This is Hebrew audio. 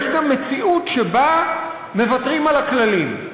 יש גם מציאות שבה מוותרים על הכללים.